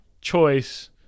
choice